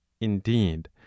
Indeed